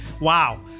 wow